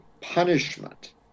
punishment